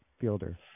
Fielder